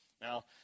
Now